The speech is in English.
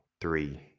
three